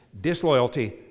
Disloyalty